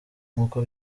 nk’uko